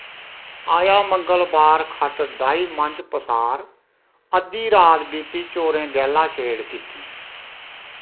आया मंगलबार खट्ट डाही मंझ पसार अद्धी रात बीती चोरें गैह्ला शेड़ कीती